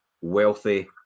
wealthy